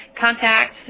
contact